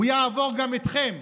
הוא יעבור גם אתכם,